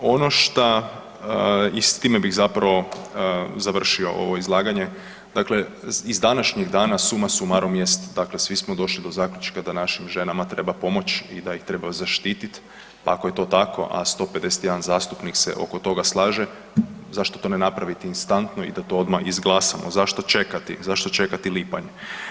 Ono šta i s time bih zapravo završio ovo izlaganje, dakle iz današnjeg dana, suma sumarum jest dakle, svi smo došli do zaključka da našim ženama treba pomoć i da ih treba zaštitit, ako je to tako a 151 zastupnik se oko toga slaže, zašto to ne napraviti instantno i da to odmah izglasamo, zašto čekati, zašto čekati lipanj?